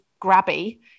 grabby